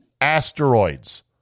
Asteroids